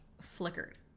flickered